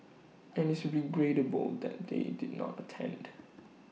and it's regrettable that they did not attend